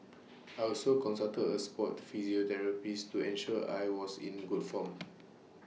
I also consulted A Sport physiotherapist to ensure I was in good form